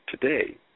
today